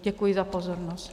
Děkuji za pozornost.